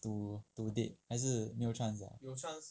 to to date 还是没有 chance liao